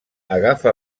agafa